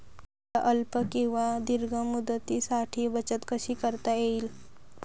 मला अल्प किंवा दीर्घ मुदतीसाठी बचत कशी करता येईल?